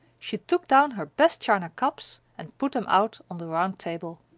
she took down her best china cups and put them out on the round table.